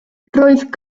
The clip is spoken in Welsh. roedd